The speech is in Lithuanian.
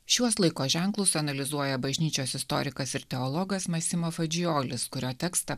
šiuos laiko ženklus analizuoja bažnyčios istorikas ir teologas masima fadžijolis kurio tekstą